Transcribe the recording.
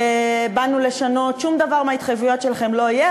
ו"באנו לשנות" שום דבר מההתחייבויות שלכם לא יהיה,